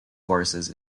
forces